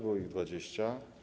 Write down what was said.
Było ich 20.